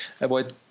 avoid